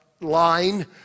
line